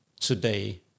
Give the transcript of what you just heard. today